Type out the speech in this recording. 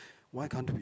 why can't we